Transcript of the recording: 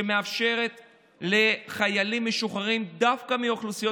שמאפשרת לחיילים משוחררים דווקא מהאוכלוסיות